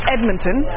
Edmonton